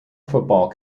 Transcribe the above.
football